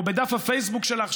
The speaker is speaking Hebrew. או בדף הפייסבוק שלך,